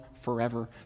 forever